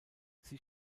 sie